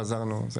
חזרנו לזה.